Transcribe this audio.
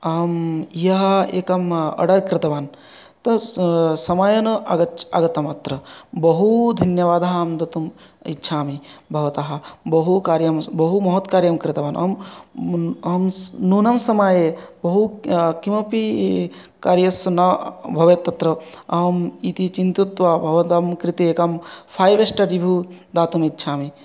अहं ह्यः एकम् आर्डर् कृतवान् तत् स समये न आगतम् अत्र बहु धन्यवादाः अहं दातुम् इच्छामि भवतः बहु कार्यं बहु महत् कार्यं कृतवान् अहम् अहं न्यूनसमये बहु किमपि कार्यस्य न भवेत् तत्र अहम् इति चिन्तयित्वा भवतां कृते एकं फैव् स्टार् रिव्यु दातुम् इच्छामि